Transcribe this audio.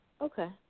Okay